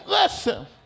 Listen